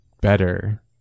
better